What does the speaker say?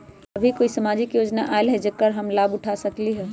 अभी कोई सामाजिक योजना आयल है जेकर लाभ हम उठा सकली ह?